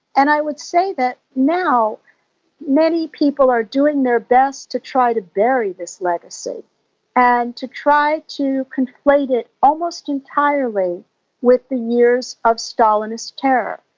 and i would say that now many people are doing their best to try to bury this legacy and to try to conflate it almost entirely with the years of stalinist terror.